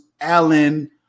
Allen